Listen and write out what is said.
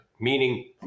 Meaning